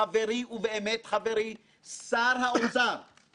שהולך להיות שר אוצר כך אני מקווה גם בקדנציה הקרובה,